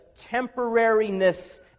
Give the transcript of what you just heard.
temporariness